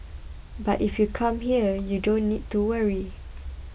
but if you come here you don't need to worry